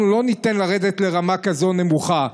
אנחנו לא ניתן לרדת לרמה כזאת נמוכה.